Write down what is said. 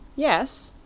yes,